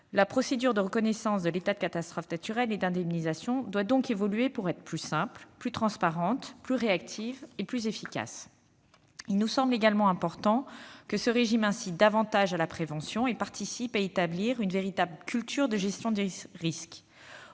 La procédure de reconnaissance de l'état de catastrophe naturelle et d'indemnisation doit donc évoluer pour être plus simple, plus transparente, plus réactive et plus efficace. Il nous semble également important que ce régime incite davantage à la prévention et contribue à établir une véritable culture de gestion des risques.